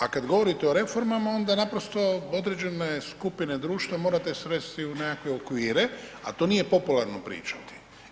A kad govorite o reformama onda naprosto određene skupine društva morate svesti u nekakve okvire, a to nije popularna pričati.